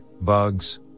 bugs